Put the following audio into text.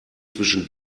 zwischen